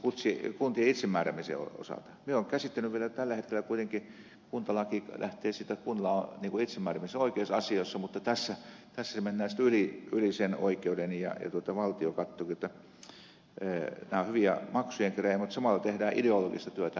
minä olen käsittänyt että vielä tällä hetkellä kuitenkin kuntalaki lähtee siitä että kunnalla on itsemääräämisoikeus asioissa mutta tässä se menee yli sen oikeuden ja valtio katsookin että nämä ovat hyviä maksujen kerääjiä mutta samalla tehdään ideologista työtä